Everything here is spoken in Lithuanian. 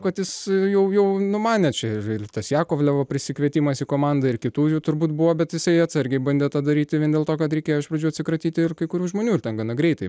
kad jis jau jau numanė čia ir ir jakovlevo prisikvietimas į komandą ir kitų jų turbūt buvo bet jisai atsargiai bandė tą daryti vien dėl to kad reikėjo iš pradžių atsikratyti ir kai kurių žmonių ir ten gana greitai